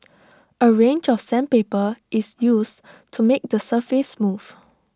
A range of sandpaper is use to make the surface smooth